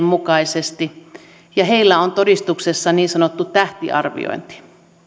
mukaisesti ja heillä on todistuksessa niin sanottu tähtiarviointi